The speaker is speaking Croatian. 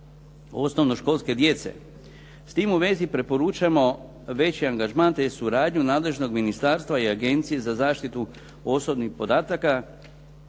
osnovno školske djece. S tim u vezi preporučamo veći angažman te suradnju nadležnog ministarstva i Agencije za zaštitu osobnih podataka